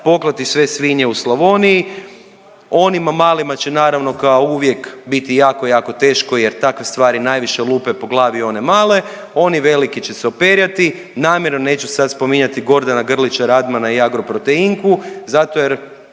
poklati sve svinje u Slavoniji. Onima malima će naravno kao uvijek biti jako, jako teško, jer takve stvari najviše lupe po glavi one male, oni veliki će se operjati. Namjerno neću sad spominjati Gordana Grlića Radmana i Agroproteinku, zato jer